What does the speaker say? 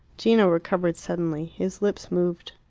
gino recovered suddenly. his lips moved.